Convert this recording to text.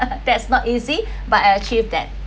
that's not easy but I achieve that